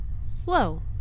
slow